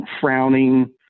frowning